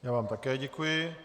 Já vám také děkuji.